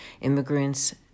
immigrants